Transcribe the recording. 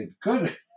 good